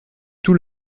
tout